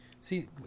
see